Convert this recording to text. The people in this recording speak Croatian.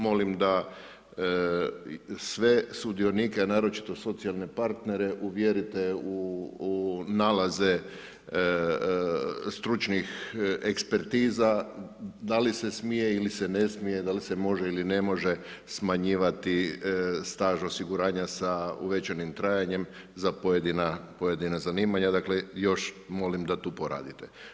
Molim da sve sudionike, naročito socijalne partnere uvjerite u nalaze stručnih ekspertiza da li se smije ili se ne smije, da li se može ili ne može smanjivati staž osiguranja sa uvećanim trajanjem za pojedina zanimanja, dakle još molim da tu poradite.